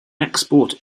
export